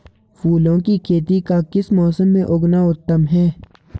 फूलों की खेती का किस मौसम में उगना उत्तम है?